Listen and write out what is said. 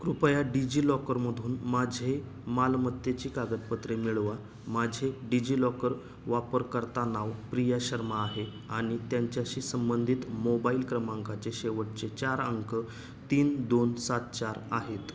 कृपया डिज्जिलॉक्करमधून माझे मालमत्तेची कागदपत्रे मिळवा माझे डिज्जिलॉक्कर वापरकर्ता नाव प्रिया शर्मा आहे आणि त्याच्याशी संबंधित मोबाइल क्रमांकाचे शेवटचे चार अंक तीन दोन सात चार आहेत